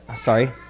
sorry